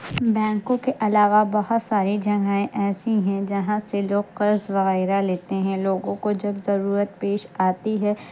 بینکوں کے علاوہ بہت سارے جگہیں ایسی ہیں جہاں سے لوگ قرض وغیرہ لیتے ہیں لوگوں کو جب ضرورت پیش آتی ہے